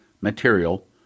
material